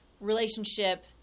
relationship